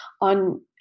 on